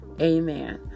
Amen